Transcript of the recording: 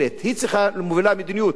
היא מובילה מדיניות,